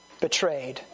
betrayed